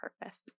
purpose